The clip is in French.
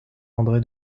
andré